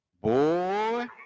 Boy